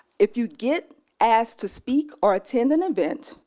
if you get asked to speak or attend an event,